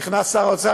נכנס שר האוצר.